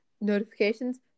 notifications